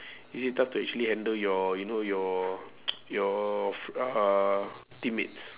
is it tough to actually handle your you know your your uh teammates